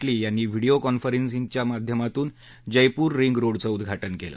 Zee यांनी video कॉन्फरन्सिंगच्या माध्यमातून जयपूर रिंग रोडचं उदघाउ केलं